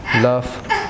love